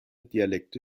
dialekte